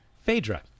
Phaedra